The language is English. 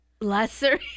Lesser